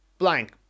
Blank